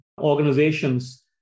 organizations